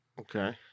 Okay